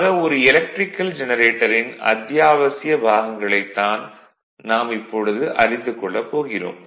ஆக ஒரு எலக்ட்ரிகல் ஜெனரேட்டரின் அத்தியாவசிய பாகங்களைத் தெரிந்து கொள்வோம்